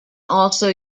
also